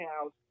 House